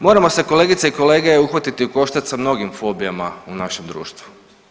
Moramo se kolegice i kolege uhvatiti ukoštac sa mnogim fobijama u našem društvu.